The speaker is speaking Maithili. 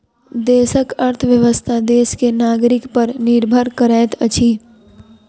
देशक अर्थव्यवस्था देश के नागरिक पर निर्भर करैत अछि